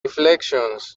reflections